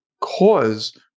cause